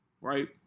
right